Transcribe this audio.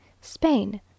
spain